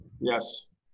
Yes